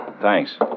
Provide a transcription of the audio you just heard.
Thanks